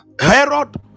Herod